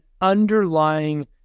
underlying